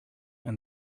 and